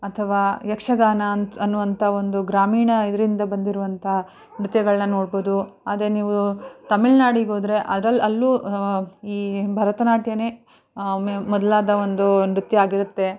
ಅಥವಾ ಯಕ್ಷಗಾನ ಅನ್ನುವಂಥ ಒಂದು ಗ್ರಾಮೀಣ ಇದರಿಂದ ಬಂದಿರುವಂಥ ನೃತ್ಯಗಳನ್ನ ನೋಡ್ಬೋದು ಅದೇ ನೀವು ತಮಿಳ್ನಾಡಿಗೆ ಹೋದ್ರೆ ಅದ್ರಲ್ಲಿ ಅಲ್ಲೂ ಈ ಭರತನಾಟ್ಯವೇ ಮೊದಲಾದ ಒಂದೂ ನೃತ್ಯ ಆಗಿರುತ್ತೆ